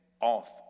off